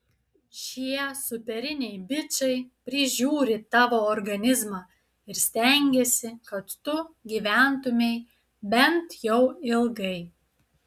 šie superiniai bičai prižiūri tavo organizmą ir stengiasi kad tu gyventumei bent jau ilgai